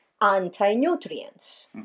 anti-nutrients